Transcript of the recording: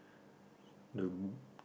the